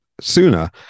sooner